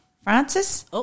Francis